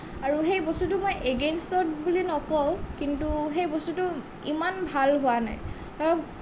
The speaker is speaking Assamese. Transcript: আৰু সেই বস্তুটো মই এগেইঞ্চত বুলি নকওঁ কিন্তু সেই বস্তুটো ইমান ভাল হোৱা নাই ধৰক